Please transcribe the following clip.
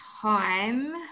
time